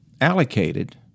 allocated